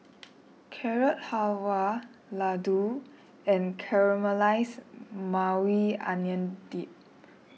Carrot Halwa Ladoo and Caramelized Maui Onion Dip